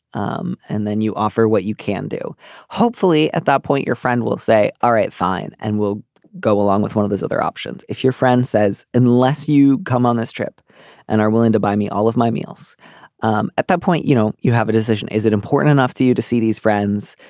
um and then you offer what you can do hopefully at that point your friend will say all right fine and we'll go along with one of those other options. if your friend says unless you come on this trip and are willing to buy me all of my meals um at that point you know you have a decision. is it important enough to you to see these friends.